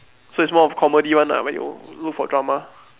so is more of comedy one lah where you look for drama